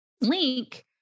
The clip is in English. Link